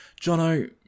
Jono